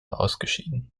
ausgeschieden